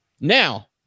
Now